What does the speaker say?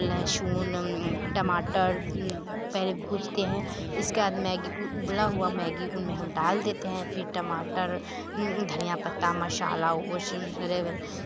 लहसुन टमाटर पहले भूजते हैं इसके बाद मैगी उबला हुआ मैगी उनमें हम डाल देते हैं फिर टमाटर धनिया पत्ता मसाला वो